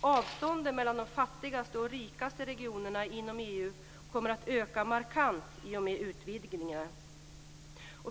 Avståndet mellan de fattigaste och de rikaste regionerna inom EU kommer att öka markant i och med utvidgningen.